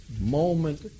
moment